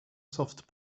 soft